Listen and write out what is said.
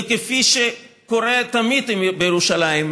וכפי שקורה תמיד בירושלים,